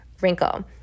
wrinkle